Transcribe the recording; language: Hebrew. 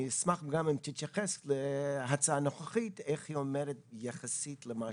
נשמח גם אם תתייחס להצעה הנוכחית ואיך היא עומדת באופן יחסי למה